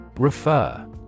Refer